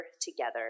together